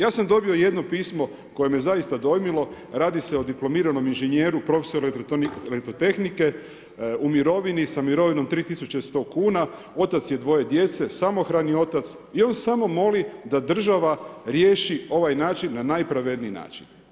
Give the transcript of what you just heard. Ja sam dobio jedno pismo koje me je zaista dojmilo, radi se o dipl.ing., profesor elektrotehnike u mirovini sa mirovinom 3100 kuna, otac je dvoje djece, samohrani otac i on samo moli da država riješi ovaj način na najpravedniji način.